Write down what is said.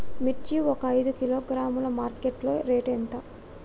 మిర్చి ఒక ఐదు కిలోగ్రాముల మార్కెట్ లో రేటు ఎంత?